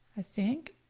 i think.